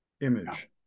image